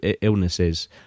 illnesses